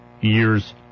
years